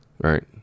Right